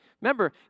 Remember